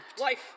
Life